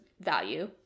value